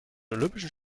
olympischen